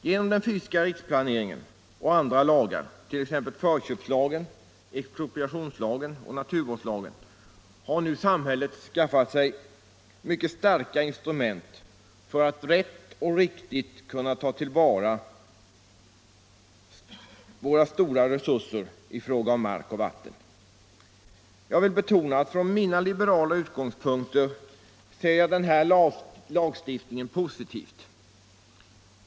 Men med den fysiska riksplaneringen och sådana lagar som förköpslagen, expropriationslagen och naturvårdslagen har nu samhället skaffat sig mycket starka instrument för att rätt och riktigt kunna ta till vara våra stora resurser i fråga om mark och vatten. Jag vill betona att från mina liberala utgångspunkter ser jag den här lagstiftningen som något positivt.